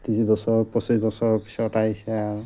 ত্ৰিছ বছৰ পঁচিছ বছৰৰ পিছত আহিছে আৰু